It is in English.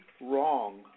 wrong